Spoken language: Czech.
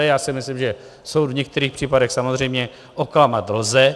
Já si myslím, že soud v některých případech samozřejmě oklamat lze.